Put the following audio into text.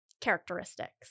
characteristics